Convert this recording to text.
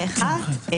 האחד,